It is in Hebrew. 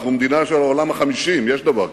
אנחנו מדינה של העולם החמישי, אם יש דבר כזה.